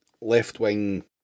left-wing